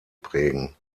prägen